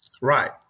Right